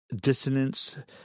dissonance